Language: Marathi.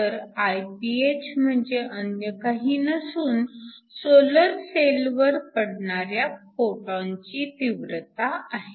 तर Iph म्हणजे अन्य काही नसून सोलर सेल वर पडणाऱ्या फोटॉनची तीव्रता आहे